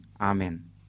Amen